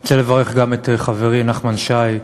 אני רוצה לברך גם את חברי נחמן שי,